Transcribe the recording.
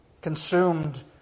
consumed